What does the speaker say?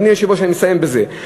אדוני היושב-ראש, אני מסיים בזה,